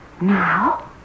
Now